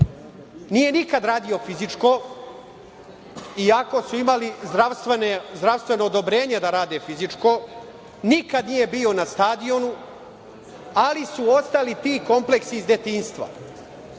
nije nikad radio fizičko ako su imali zdravstveno odobrenje da rade fizičko, nikad nije bio na stadionu, ali su ostali ti kompleksi iz detinjstva.